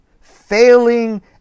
failing